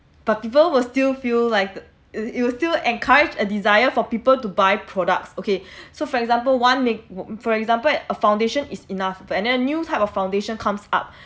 but people will still feel like it will still encouraged a desire for people to buy products okay so for example one make~ for example a foundation is enough and then new type of foundation comes up